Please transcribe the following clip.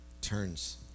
turns